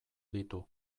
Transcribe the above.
ditu